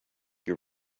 your